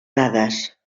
dades